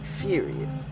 furious